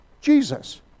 Jesus